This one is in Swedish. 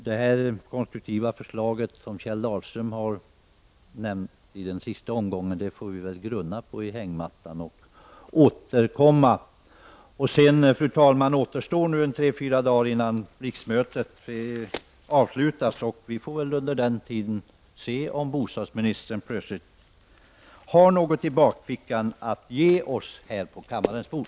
Det konstruktiva förslag som Kjell Dahlström nämnde i sista omgången får vi väl grunna på i hängmattan och återkomma till. Fru talman! Det återstår nu några dagar innan riksmötet avslutas. Vi får väl se om bostadsministern under den tiden plötsligt visar sig ha något i bakfickan att lägga fram på kammarens bord.